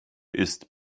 ist